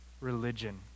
religion